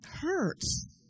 hurts